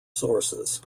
sources